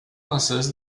maçãs